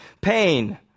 pain